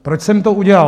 Proč jsem to udělal?